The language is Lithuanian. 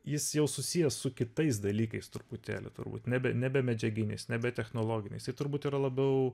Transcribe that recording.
jis jau susijęs su kitais dalykais truputėlį turbūt nebe nebe medžiaginiais nebe technologiniais tai turbūt yra labiau